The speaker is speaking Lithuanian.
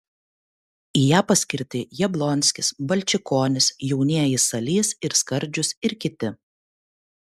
į ją paskirti jablonskis balčikonis jaunieji salys ir skardžius ir kiti